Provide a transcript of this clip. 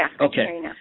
Okay